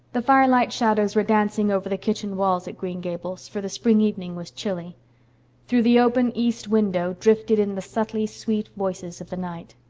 the firelight shadows were dancing over the kitchen walls at green gables, for the spring evening was chilly through the open east window drifted in the subtly sweet voices of the night.